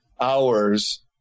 hours